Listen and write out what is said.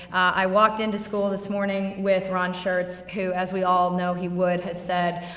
i walked into school this morning with ron schertz, who, as we all know he would, has said,